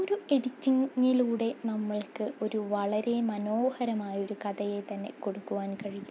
ഒരു എഡിറ്റിങ്ങിലൂടെ നമ്മൾക്ക് ഒരു വളരെ മനോഹരമായ ഒരു കഥയെ തന്നെ കൊടുക്കുവാൻ കഴിയും